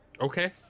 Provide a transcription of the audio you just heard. Okay